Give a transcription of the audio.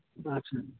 ᱟᱪᱪᱷᱟ